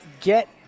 get